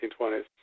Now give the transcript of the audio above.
1920s